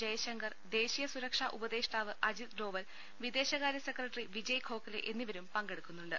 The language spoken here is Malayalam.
ജയശങ്കർ ദേശീയ സുരക്ഷാ ഉപദേഷ്ടാവ് അജിത് ഡോവൽ വിദേശകാര്യ സെക്രട്ടറി വിജയ് ഖോഖലെ എന്നിവരും പങ്കെടു ക്കുന്നുണ്ട്